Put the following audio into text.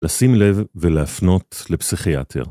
לשים לב, ולהפנות לפסיכיאטר.